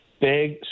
Big